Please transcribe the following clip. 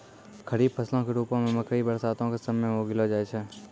खरीफ फसलो के रुपो मे मकइ बरसातो के समय मे उगैलो जाय छै